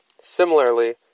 Similarly